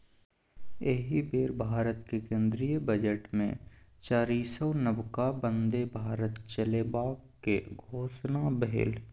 एहि बेर भारतक केंद्रीय बजटमे चारिसौ नबका बन्दे भारत चलेबाक घोषणा भेल